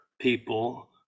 people